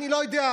אני לא יודע,